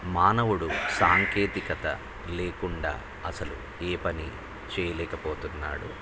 మానవుడు సాంకేతికత లేకుండా అసలు ఏ పని చేయలేకపోతున్నాడు